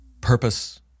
purpose